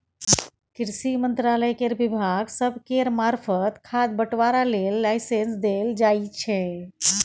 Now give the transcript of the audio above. कृषि मंत्रालय केर विभाग सब केर मार्फत खाद बंटवारा लेल लाइसेंस देल जाइ छै